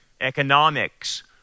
economics